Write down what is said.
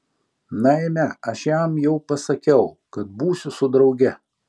na eime aš jam jau pasakiau kad būsiu su drauge